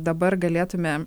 dabar galėtume